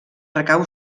recau